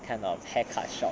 kind of hair cut shop